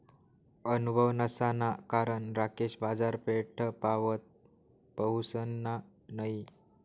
अनुभव नसाना कारण राकेश बाजारपेठपावत पहुसना नयी